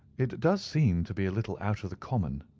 it does seem to be a little out of the common,